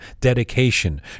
dedication